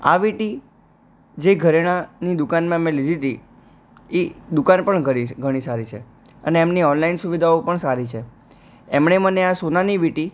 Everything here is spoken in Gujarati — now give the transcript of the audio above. આ વિંટી જે ઘરેણાંની દુકાનમાં મેં લીધી હતી એ દુકાન પણ ઘણી સારી છે અને એમની ઓનલાઈન સુવિધાઓ પણ સારી છે એમણે મને આ સોનાની વિંટી